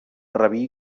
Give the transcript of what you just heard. rabí